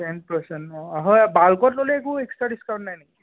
ten percent হয় বাৰকোট ল'লে একো এক্সট্ৰা ডিছকাউণ্ট নাই নেকি